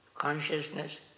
Consciousness